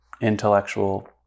intellectual